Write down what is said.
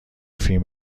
فیلم